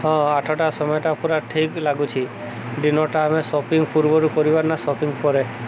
ହଁ ଆଠଟା ସମୟଟା ପୂରା ଠିକ୍ ଲାଗୁଛି ଡିନର୍ଟା ଆମେ ସପିଂ ପୂର୍ବରୁ କରିବା ନା ସପିଂ ପରେ